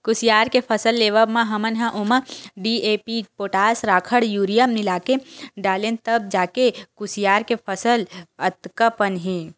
कुसियार के फसल लेवब म हमन ह ओमा डी.ए.पी, पोटास, राखड़, यूरिया मिलाके डालेन तब जाके कुसियार के फसल अतका पन हे